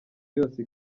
yose